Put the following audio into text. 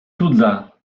cudza